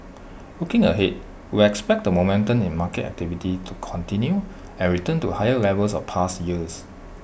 looking ahead we expect the momentum in market activity to continue and return to higher levels of past years